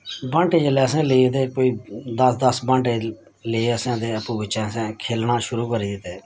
बांह्टे जेल्लै असें ले ते कोई दस दस बांटे ले असें ते आपूं बिच्चें असें खेलना शुरू करी दित्ते